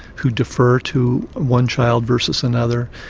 who defer to one child versus another,